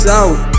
out